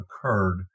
occurred